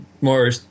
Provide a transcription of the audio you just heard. more